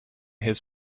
his